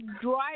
drive